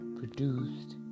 produced